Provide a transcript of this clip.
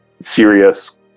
serious